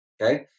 okay